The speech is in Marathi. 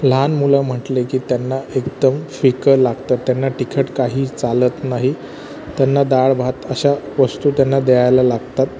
लहान मुलं म्हण्टले की त्यांना एकदम फिकं लागतं त्यांना तिखट काही चालत नाही त्यांना डाळभात अशा वस्तू त्यांना द्यायला लागतात